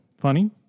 funny